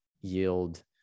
yield